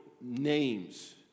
names